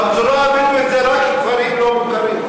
בפזורה הבדואית זה רק כפרים לא מוכרים.